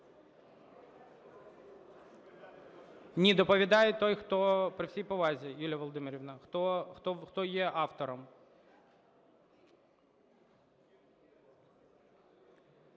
Ні, доповідає той, хто – при всій повазі, Юлія Володимирівна, – хто є автором.